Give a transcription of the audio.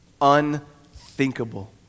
Unthinkable